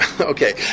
Okay